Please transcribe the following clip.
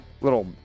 little